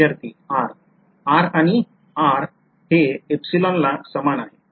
विध्यार्थी r r आणि r हे la समान आहे